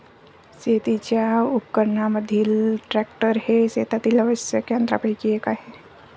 शेतीच्या उपकरणांमधील ट्रॅक्टर हे शेतातील आवश्यक यंत्रांपैकी एक आहे